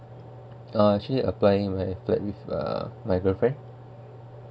uh actually applying my flat with uh my girlfriend